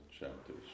Chapters